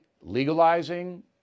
legalizing